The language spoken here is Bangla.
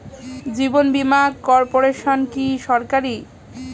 জীবন বীমা কর্পোরেশন কি সরকারি?